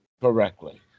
correctly